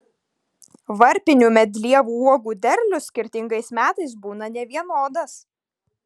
varpinių medlievų uogų derlius skirtingais metais būna nevienodas